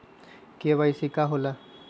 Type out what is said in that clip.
KYC का होला?